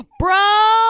bro